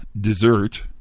dessert